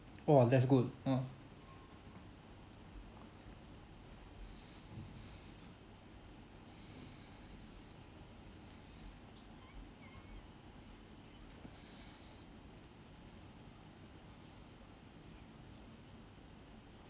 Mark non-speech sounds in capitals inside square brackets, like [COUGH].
!wow! that's good mm [BREATH]